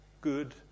good